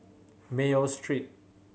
Mayo Street